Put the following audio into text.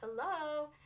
Hello